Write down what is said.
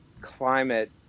climate